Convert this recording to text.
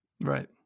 Right